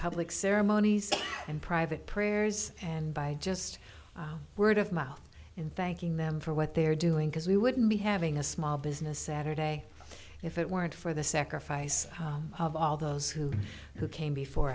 public ceremonies and private prayers and by just word of mouth in thanking them for what they're doing because we wouldn't be having a small business saturday if it weren't for the sacrifice of all those who who came before